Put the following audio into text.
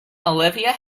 olivia